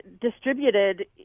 distributed